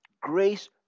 grace